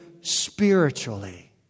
spiritually